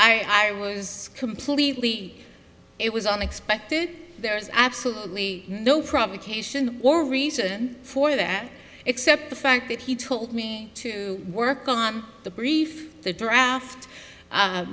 s i was completely it was unexpected there's absolutely no problem cation or reason for that except the fact that he told me to work on the brief the draft